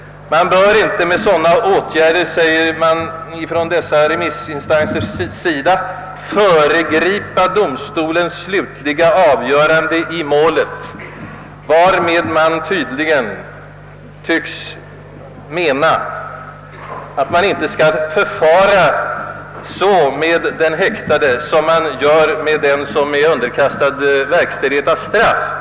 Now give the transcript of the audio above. Man bör inte med sådana åtgärder, uttalar dessa remissinstanser, föregripa domstolens slutliga avgörande av målet. Man menar tydligen att man inte skall förfara så med den häktade som man förfar med den som är underkastad verkställighet av straff.